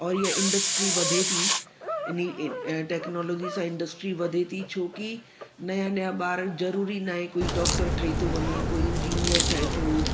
और इहा इंडस्ट्री वधे थी इन्ही टेक्नोलॉजी सां इंडस्ट्री वधे थी छो कि नया नया ॿार ज़रूरी नाहे कि कोई डॉक्टर ठही थो वञे कोई इंजीनियर ठहे थो